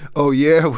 oh, yeah?